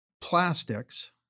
plastics